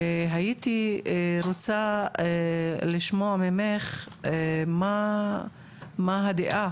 והייתי רוצה לשמוע ממך מה הדעה